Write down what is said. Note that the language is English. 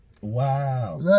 Wow